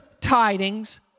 tidings